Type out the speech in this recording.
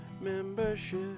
membership